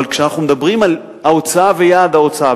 אבל כשאנחנו מדברים על ההוצאה ויעד ההוצאה,